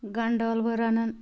گَنٛڈٕ ٲلوٕ رَنان